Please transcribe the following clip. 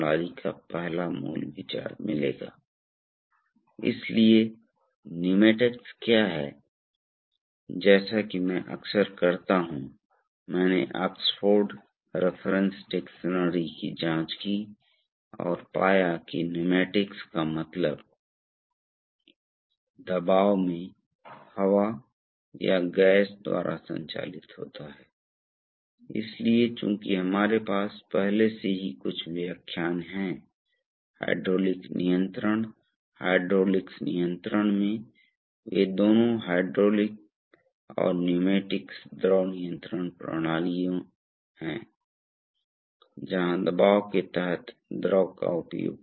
इसलिए अंतिम पाठ से आने पर ये हैं दबाव राहत वाल्व ये वाल्व आमतौर पर माउंट किए जाते हैं इसलिए आपके पास ये हैं वाल्व नहीं हैं जहां ये समानांतर में जुड़े हुए हैं सामान्य तौर पर आपके पास एक पाइप है जिसके माध्यम से मुख्य प्रवाह होता है और यह वाल्व समानांतर ठीक से जुड़ा होने वाला है इसलिए एक हाइड्रोलिक सर्किट में आपके पास मुख्य लाइन होगी और आपके पास एक दबाव राहत वाल्व होगा जो आमतौर पर टैंक से जुड़ा होता है इसलिए यह वाल्व प्रतीक होगा जैसा कि दिखाया गया है और एक समायोज्य स्प्रिंग है